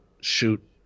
shoot